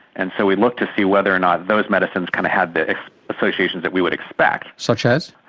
and so we looked to see whether or not those medicines kind of had the associations that we would expect such as?